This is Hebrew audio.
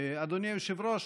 אדוני היושב-ראש,